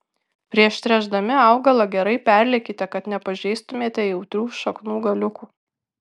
prieš tręšdami augalą gerai perliekite kad nepažeistumėte jautrių šaknų galiukų